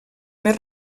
més